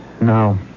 No